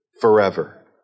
forever